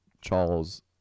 Charles